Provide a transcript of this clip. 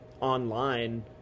online